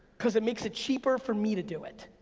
cause it makes it cheaper for me to do it,